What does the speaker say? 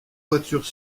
voitures